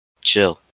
chill